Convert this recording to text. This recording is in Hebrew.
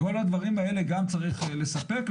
כל הדברים האלה גם צריך לספק,